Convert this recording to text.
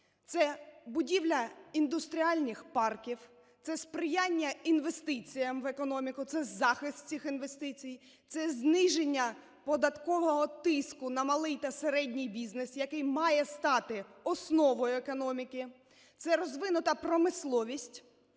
Це будівля індустріальних парків; це сприяння інвестиціям в економіку; це захист цих інвестицій, це зниження податкового тиску на малий та середній бізнес, який має стати основою економіки; це розвинута промисловість;